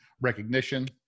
recognition